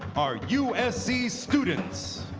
our usc students.